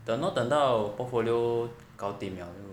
等 lor 等到 portfolio gaodim liao